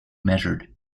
measured